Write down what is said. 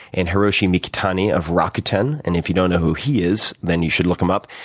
and hiroshi mikitani of rakuten. and if you don't know who he is, then, you should look him up.